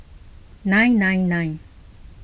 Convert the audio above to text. nine nine nine